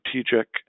strategic